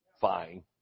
fine